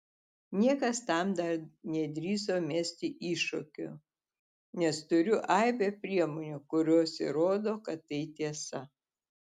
niekas tam dar nedrįso mesti iššūkio nes turiu aibę priemonių kurios įrodo kad tai tiesa